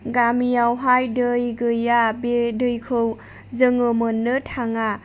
गामियावहाय दै गैया बे दैखौ जोङो मोननो थाङा